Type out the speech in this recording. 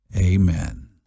amen